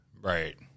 right